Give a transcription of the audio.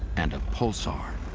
and a pulsar.